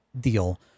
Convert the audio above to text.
deal